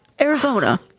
arizona